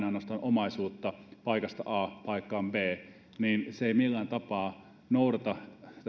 ainoastaan siirtävät omaisuutta paikasta a paikkaan b niin se ei millään tapaa noudata